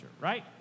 right